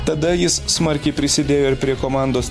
tada jis smarkiai prisidėjo ir prie komandos